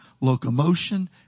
locomotion